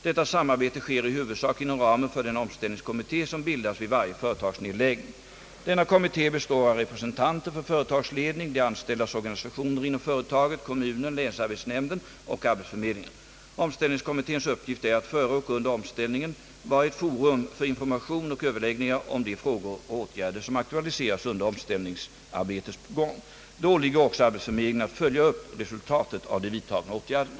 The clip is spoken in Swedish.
Detta samarbete sker i huvudsak inom ramen för den omställningskommitté som bildas vid varje företagsnedläggning. Denna kommitté består av representanter för företagsledning, de anställdas organisationer inom företaget, kommunen, länsarbetsnämnden och arbetsförmedlingen. Omställningskommitténs uppgift är att före och under omställningen vara ett forum för information och överläggningar om de frågor och åtgärder, som aktualiseras under omställningsarbetets gång. Det åligger också arbetsförmedlingen att följa upp resultatet av de vidtagna åtgärderna.